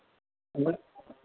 hello